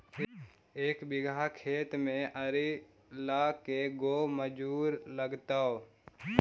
एक बिघा खेत में आरि ल के गो मजुर लगतै?